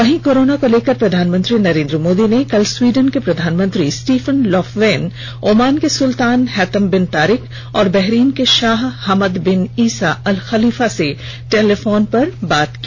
वहीं कोरोना को लेकर प्रधानमंत्री नरेंद्र मोदी ने कल स्वीडन के प्रधानमंत्री स्टीफन लोफवेन ओमान के सुल्तान हैतम बिन तारिक और बहरीन के शाह Hamad bin Isa Al Khalifa से टेलीफोन पर बात की